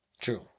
True